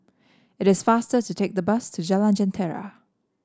it is faster to take the bus to Jalan Jentera